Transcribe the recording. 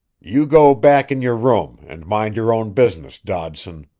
you go back in your room and mind your own business, dodson,